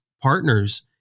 partners